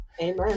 Amen